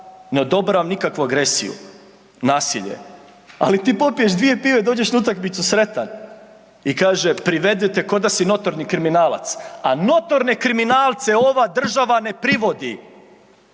ne odobravam nikakvu agresiju, nasilje, ali ti popiješ dvije pive, dođeš na utakmicu sretan i kaže privedete ko da si notorni kriminalac a notorne kriminalce ova država ne privodi.